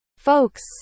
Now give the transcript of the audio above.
Folks